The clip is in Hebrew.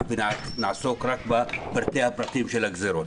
ונעסוק רק בפרטי הפרטים של הגזירות.